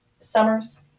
summers